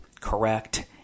correct